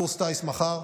קורס טיס מחר.